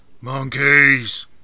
Monkeys